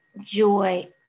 joy